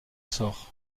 sort